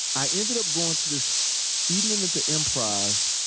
i ended up going to this evening at the improv,